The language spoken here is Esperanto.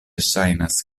ŝajnas